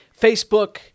Facebook